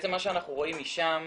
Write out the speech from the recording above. מה שאנחנו רואים משם